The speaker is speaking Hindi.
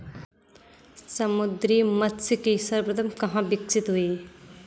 समुद्री मत्स्यिकी सर्वप्रथम कहां विकसित हुई?